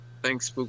Thanks